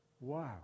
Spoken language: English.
Wow